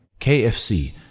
KFC